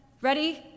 ready